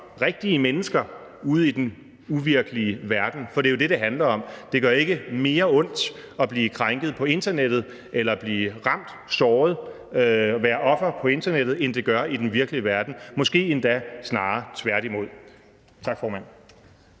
rigtige mennesker ude i den uvirkelige verden, for det er jo det, det handler om. Det gør ikke mere ondt at blive krænket, blive ramt, blive såret eller være offer på internettet, end det gør i den virkelige verden – måske endda snarere tværtimod. Tak, formand.